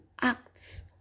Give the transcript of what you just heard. acts